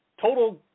total